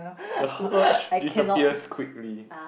the h~ urge disappears quickly